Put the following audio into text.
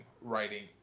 writing